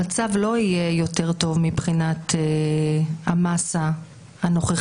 המצב לא יהיה יותר טוב מבחינת המסה הנוכחית